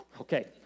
Okay